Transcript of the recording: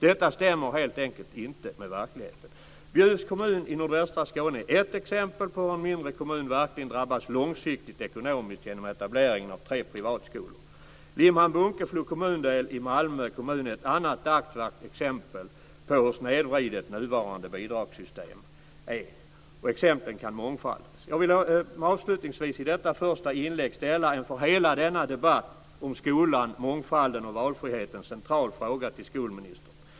Detta stämmer helt enkelt inte med verkligheten. Bjuvs kommun i nordvästra Skåne är ett exempel på hur en mindre kommun verkligen drabbas långsiktigt ekonomiskt genom etableringen av tre privatskolor. Limhamn-Bunkeflos kommundel i Malmö kommun är ett annat dagsfärskt exempel på hur snedvridet nuvarande bidragssystem är. Exemplen kan mångfaldigas. Jag vill avslutningsvis i detta första inlägg ställa en för hela denna debatt om skolan, mångfalden och valfriheten central fråga till skolministern.